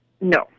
No